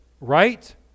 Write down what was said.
right